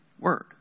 word